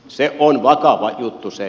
se on vakava juttu se